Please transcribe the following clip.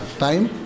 time